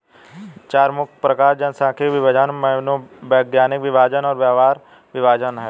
चार मुख्य प्रकार जनसांख्यिकीय विभाजन, मनोवैज्ञानिक विभाजन और व्यवहार विभाजन हैं